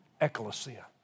ecclesia